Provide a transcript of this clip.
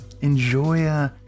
enjoy